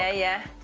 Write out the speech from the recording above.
yeah, yeah.